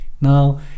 Now